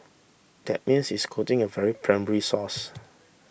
that means it's quoting a very primary source